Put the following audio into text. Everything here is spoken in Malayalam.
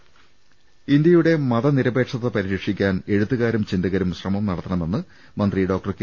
് ഇന്ത്യയുടെ മതനിരപേക്ഷത പരിരക്ഷിക്കാൻ എഴുത്തുകാരും ചിന്തകരും ശ്രമം നടത്തണമെന്ന് മന്ത്രി ഡോക്ടർ കെ